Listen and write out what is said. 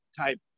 type